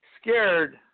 scared